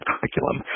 curriculum